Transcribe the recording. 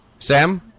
Sam